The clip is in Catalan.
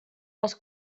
les